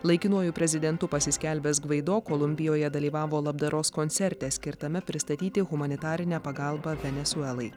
laikinuoju prezidentu pasiskelbęs gvaido kolumbijoje dalyvavo labdaros koncerte skirtame pristatyti humanitarinę pagalbą venesuelai